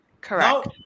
Correct